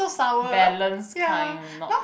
balanced kind not